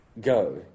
go